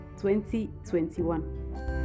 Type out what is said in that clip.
2021